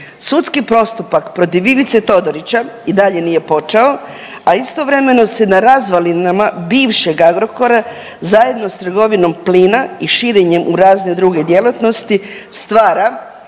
Sudski postupak protiv Ivice Todorića i dalje nije počeo, a istovremeno se na razvalinama bivšeg Agrokora zajedno s trgovinom plina i širenjem u razne druge djelatnosti stvara